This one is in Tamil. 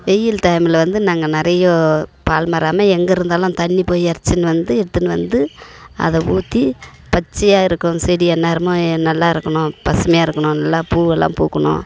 வெயில் டைமில் வந்து நாங்கள் நிறைய பால்மரமே எங்கே இருந்தாலும் தண்ணி போயி இறச்சினு வந்து எடுத்துனு வந்து அதை ஊற்றி பச்சையாக இருக்கும் செடி எந்நேரமும் நல்லா இருக்கணும் பசுமையாக இருக்கணும் நல்லா பூவெல்லாம் பூக்கணும்